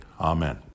Amen